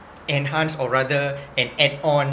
enhanced or rather an add on